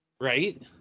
right